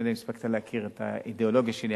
אני לא יודע אם הספקת להכיר את האידיאולוגיה שלי,